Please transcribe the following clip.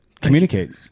Communicate